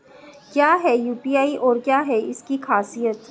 क्या है यू.पी.आई और क्या है इसकी खासियत?